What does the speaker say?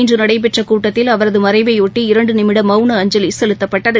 இன்று நடைபெற்ற கூட்டத்தில் அவரது மறைவையொட்டி இரண்டு நிமிட மௌன அஞ்சலி செலுத்தப்பட்டது